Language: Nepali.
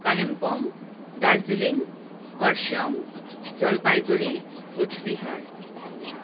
कालिम्पोङ दार्जिलिङ कर्सियाङ जलपाइगुढी कुचबिहार